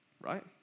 Right